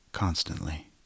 Constantly